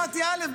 אמרתי, א.